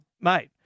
Mate